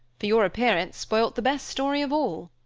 for your appearance spoilt the best story of all.